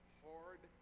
hard